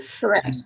correct